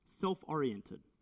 self-oriented